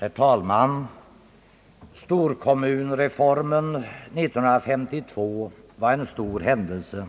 Herr talman! Storkommunreformen 1952 var en stor händelse.